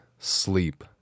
Sleep